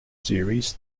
series